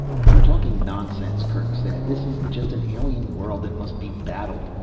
you're talking nonsense, kerk said. this is just an alien world that must be battled.